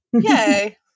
Yay